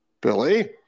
Billy